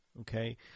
okay